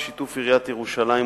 בשיתוף עיריית ירושלים,